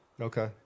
Okay